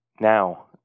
now